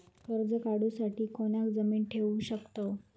कर्ज काढूसाठी कोणाक जामीन ठेवू शकतव?